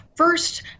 First